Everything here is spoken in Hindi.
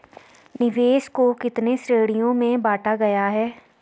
निवेश को कितने श्रेणियों में बांटा गया है?